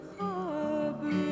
harbor